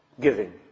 Giving